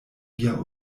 via